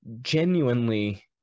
genuinely